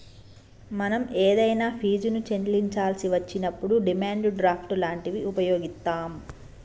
మనం ఏదైనా ఫీజుని చెల్లించాల్సి వచ్చినప్పుడు డిమాండ్ డ్రాఫ్ట్ లాంటివి వుపయోగిత్తాం